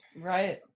Right